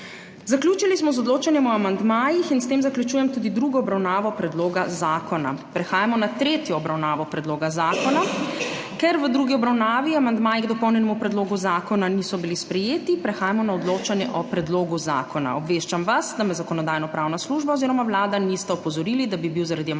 Zaključili smo z odločanjem o amandmajih in s tem zaključujem tudi drugo obravnavo predloga zakona. Prehajamo na tretjo obravnavo predloga zakona. Ker v drugi obravnavi amandmaji k dopolnjenemu predlogu zakona niso bili sprejeti, prehajamo na odločanje o predlogu zakona. Obveščam vas, da me Zakonodajno-pravna služba oziroma Vlada nista opozorili, da bi bil zaradi amandmajev,